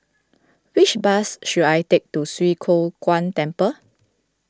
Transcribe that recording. which bus should I take to Swee Kow Kuan Temple